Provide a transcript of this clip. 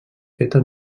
feta